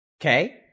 Okay